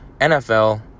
NFL